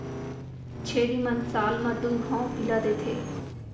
छेरी मन साल म दू घौं पिला देथे